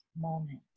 moment